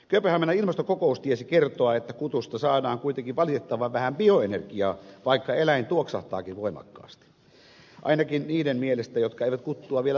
kööpenhaminan ilmastokokous tiesi kertoa että kutusta saadaan kuitenkin valitettavan vähän bioenergiaa vaikka eläin tuoksahtaakin voimakkaasti ainakin niiden mielestä jotka eivät kuttua vielä tunne